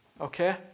Okay